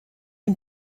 ihm